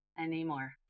anymore